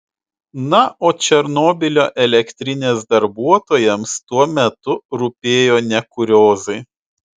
na o černobylio elektrinės darbuotojams tuo metu rūpėjo ne kuriozai